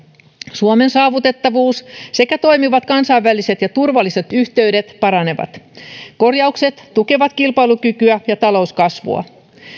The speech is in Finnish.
suomen saavutettavuus sekä toimivat kansainväliset ja turvalliset yhteydet paranevat korjaukset tukevat kilpailukykyä ja talouskasvua